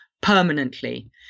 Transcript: permanently